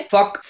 Fuck